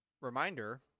Reminder